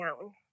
down